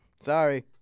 Sorry